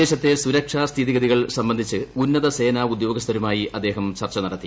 പ്രദേശത്തെ സുരക്ഷാസ്ഥിതിഗതികൾ സംബന്ധിച്ച് ഉന്നത സേനാ ഉദ്യോഗസ്ഥരുമായി അദ്ദേഹം ചർച്ച നടത്തി